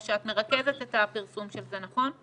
או שאת מרכזת את הפרסום של זה, נכון?